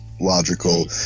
logical